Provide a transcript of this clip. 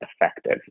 effective